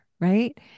right